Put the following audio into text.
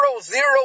zero